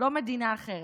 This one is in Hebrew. לא מדינה אחרת.